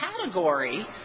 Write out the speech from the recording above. category